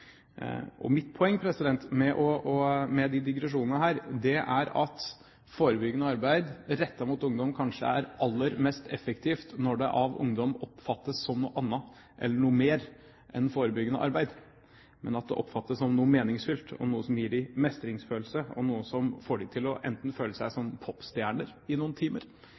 i. Mitt poeng med disse digresjonene er at forebyggende arbeid som er rettet mot ungdom, kanskje er aller mest effektivt når ungdommen oppfatter det som noe annet eller noe mer enn forebyggende arbeid, at det oppfattes som noe meningsfylt, noe som gir dem mestringsfølelse, noe som får dem til enten å føle seg som popstjerner i noen timer,